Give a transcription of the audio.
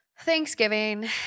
Thanksgiving